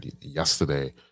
yesterday